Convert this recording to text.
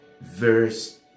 verse